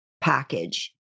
package